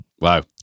Wow